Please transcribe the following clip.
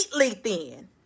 thin